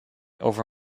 over